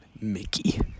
mickey